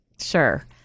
Sure